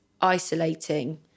isolating